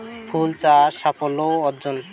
ফুল চাষ সাফল্য অর্জন?